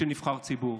כנבחרי ציבור.